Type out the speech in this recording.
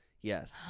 Yes